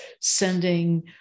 sending